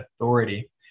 authority